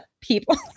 people